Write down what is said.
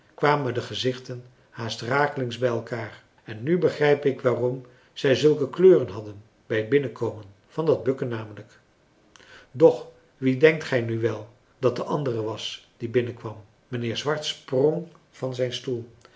kwamen de gezichten haast rakelings bij elkaar en nu begrijp ik waarom zij zulke kleuren hadden bij het binnenkomen van dat bukken namelijk doch wie denkt gij nu wel dat de andere was die binnenkwam mijnheer swart sprong van zijn stoel